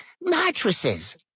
mattresses